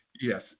Yes